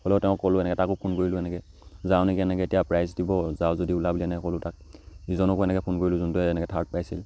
হ'লেও তেওঁক ক'লোঁ এনেকৈ তাকো ফোন কৰিলোঁ এনেকৈ যাৱ নেকি এনেকৈ এতিয়া প্ৰাইজ দিব যাৱ যদি ওলা বুলি এনেকৈ ক'লোঁ তাক ইজনকো এনেকৈ ফোন কৰিলোঁ যোনটোৱে এনেকৈ থাৰ্ড পাইছে